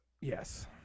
Yes